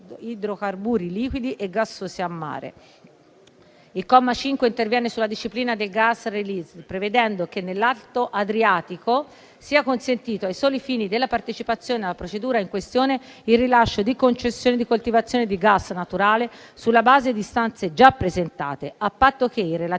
Il comma 5 interviene sulla disciplina del *gas release*, prevedendo che nell'alto Adriatico sia consentito, ai soli fini della partecipazione alla procedura in questione, il rilascio di concessioni di coltivazione di gas naturale sulla base di istanze già presentate, a patto che i relativi